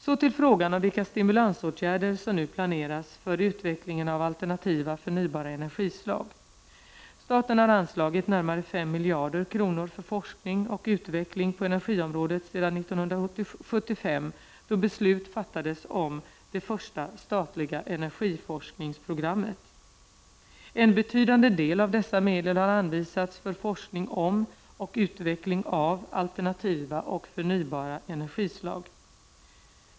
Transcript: Så till frågan om vilka stimulansåtgärder som nu planeras för utvecklingen av alternativa förnybara energislag. Staten har anslagit närmare 5 miljarder kronor för forskning och utveckling på energiområdet sedan år 1975 då beslut fattades om det första statliga energiforskningsprogrammet. En betydande del av dessa medel har anvisats för forskning om och utveckling av alternativa och förnybara energislag.